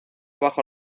bajo